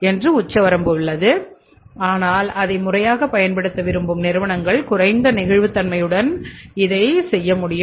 என்று வரம்பு உள்ளது ஆனால் அதை முறையாகப் பயன்படுத்த விரும்பும் நிறுவனங்கள் குறைந்த நெகிழ்வுத்தன்மையுடன் இதைச் செய்ய முடியும்